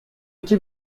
iki